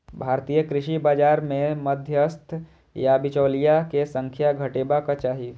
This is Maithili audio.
भारतीय कृषि बाजार मे मध्यस्थ या बिचौलिया के संख्या घटेबाक चाही